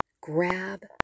grab